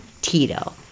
Tito